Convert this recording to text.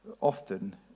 often